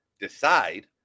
decide